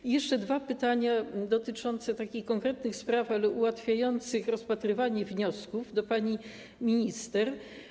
I jeszcze dwa pytania dotyczące konkretnych spraw, ale ułatwiających rozpatrywanie wniosków, do pani minister.